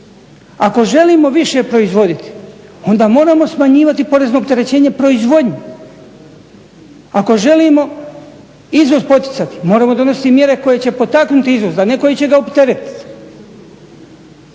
Ako želimo više proizvoditi onda moramo smanjivati porezno opterećenje proizvodnje. Ako želimo izvoz poticati moramo donositi mjere koje će potaknuti izvoz, a ne koje će ga opteretiti.